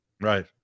Right